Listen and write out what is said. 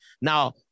now